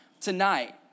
tonight